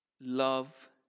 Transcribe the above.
love